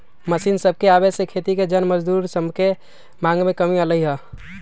machine सभके आबे से खेती के जन मजदूर सभके मांग में कमी अलै ह